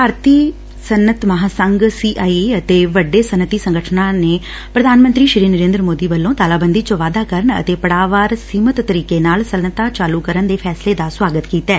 ਭਾਰਤੀ ਸਨੱਅਤ ਮਹਾਂ ਸੰਘ ਸੀ ਆਈ ਆਈ ਅਤੇ ਵੱਡੇ ਸੱਨਅਤੀ ਸੰਗਠਨਾਂ ਨੇ ਪ੍ਰਧਾਨ ਮੰਤਰੀ ਸ੍ਰੀ ਨਰੇਦਰ ਮੋਦੀ ਵੱਲੋ ਤਾਲਾਬੰਦੀ ਵਿਚ ਵਾਧਾ ਕਰਨ ਅਤੇ ਪੜਾਅਵਾਰ ਸੀਮਤ ਤਰੀਕੇ ਨਾਲ ਸਨੱਅਤਾਂ ਚਾਲੁ ਕਰਨ ਦੇ ਫੈਸਲੇ ਦਾ ਸੁਆਗਤ ਕੀਤੈ